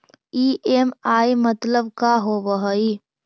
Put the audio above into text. EMI मतलब का होब हइ?